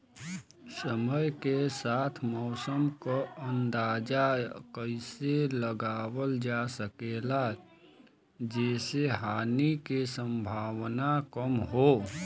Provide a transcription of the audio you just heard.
समय के साथ मौसम क अंदाजा कइसे लगावल जा सकेला जेसे हानि के सम्भावना कम हो?